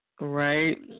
Right